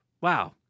Wow